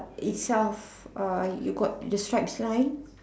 itself uh you got the stripes line